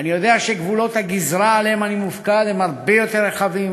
אני יודע שגבולות הגזרה שעליה אני מופקד הם הרבה יותר רחבים,